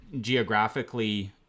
geographically